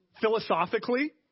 Philosophically